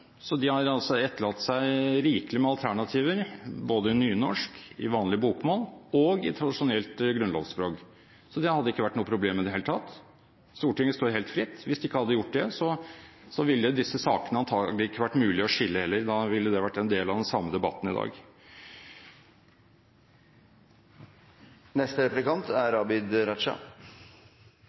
så forutseende at de har sagt at kanskje Stortinget vil forandre språkform. De har altså etterlatt seg rikelig med alternativer, både på nynorsk, på vanlig bokmål og i tradisjonelt grunnlovsspråk. Så det hadde ikke vært noe problem i det hele tatt. Stortinget står helt fritt. Hvis de ikke hadde gjort det, ville disse sakene antakelig ikke vært mulig å skille heller. Da ville det vært en del av den samme debatten i dag.